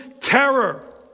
terror